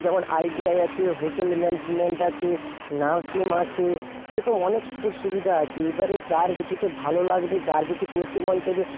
যেমন আইটিআই আছে hotel management আছে নার্সিং আছে এরকম অনেক সুযোগসুবিধা আছে এবারে যার যেটিতে ভালো লাগবে যার যেটি করতে মন চাইবে